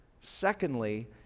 Secondly